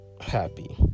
happy